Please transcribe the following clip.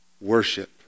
worship